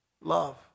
love